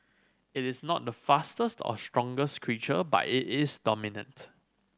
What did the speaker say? it is not the fastest or strongest creature but it is dominant